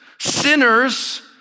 sinners